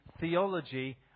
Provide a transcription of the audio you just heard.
theology